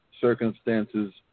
circumstances